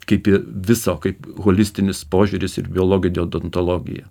kaip ir viso kaip holistinis požiūris ir biologinė odontologija